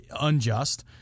unjust